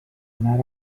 anar